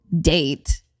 date